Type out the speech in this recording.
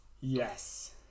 Yes